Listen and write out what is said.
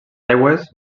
aigües